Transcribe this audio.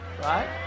Right